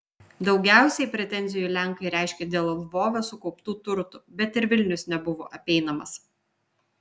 daugiausiai pretenzijų lenkai reiškė dėl lvove sukauptų turtų bet ir vilnius nebuvo apeinamas